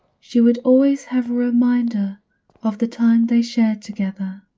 she would always have a reminder of the time they shared together.